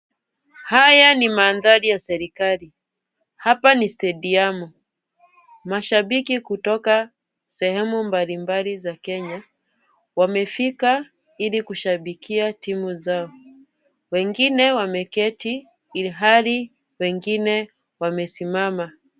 Haya ni mandhari ya serikali, hapa ni stadiumu . Mashabiki kutoka sehemu mbalimbali za Kenya wamefika ili kushabikia timu zao. Wengine wameketi ilhali wengine wamesimama.